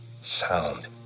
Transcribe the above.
sound